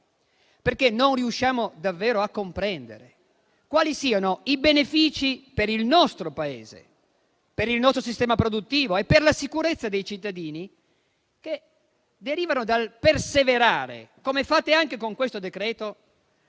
perché non riusciamo davvero a comprendere quali siano i benefici, per il nostro Paese, il nostro sistema produttivo e la sicurezza dei cittadini, che derivano dal perseverare, come fate anche con questo decreto,